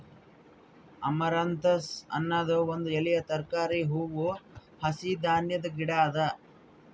amaranthus ಅನದ್ ಒಂದ್ ಎಲೆಯ ತರಕಾರಿ, ಹೂವು, ಹಸಿ ಧಾನ್ಯದ ಗಿಡ ಅದಾ